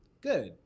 good